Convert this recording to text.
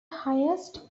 highest